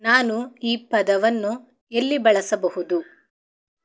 ನಾನು ಈ ಪದವನ್ನು ಎಲ್ಲಿ ಬಳಸಬಹುದು